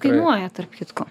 kainuoja tarp kitko